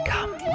Come